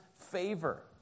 favor